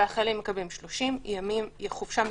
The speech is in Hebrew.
מקבלים 30 ימים חופשה מיוחדת.